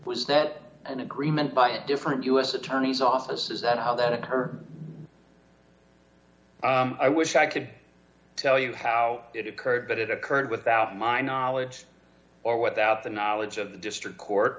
was that an agreement but different u s attorney's office is that held out her i wish i could tell you how it occurred but it occurred without my knowledge or without the knowledge of the district court